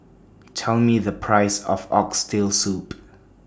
Tell Me The Price of Oxtail Soup